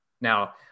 Now